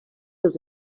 dels